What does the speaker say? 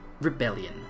rebellion